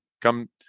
Come